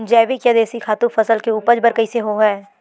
जैविक या देशी खातु फसल के उपज बर कइसे होहय?